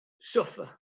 suffer